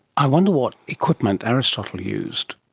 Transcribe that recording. i wonder what equipment aristotle used.